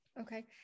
Okay